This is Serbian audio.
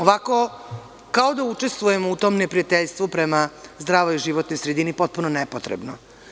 Ovako kao da učestvujemo u tom neprijateljstvu prema zdravoj životnoj sredini, potpuno nepotrebno.